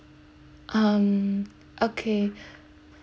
um okay